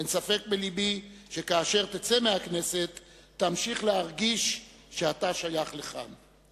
אין ספק בלבי שכאשר תצא מהכנסת תמשיך להרגיש שאתה שייך לכאן.